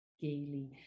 gaily